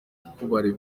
kuko